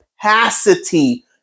capacity